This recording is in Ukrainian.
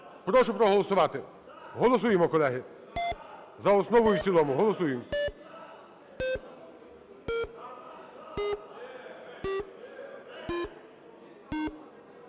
Прошу проголосувати. Голосуємо, колеги. За основу і в цілому. Голосуємо.